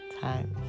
Time